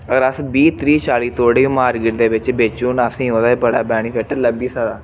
अगर अस बीह् त्रीह् चाली तोड़े मार्किट दे बिच्च बेची ओड़न असेंगी ओह्दा बी बड़ा बेनिफिट लब्भी सकदा